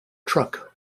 truck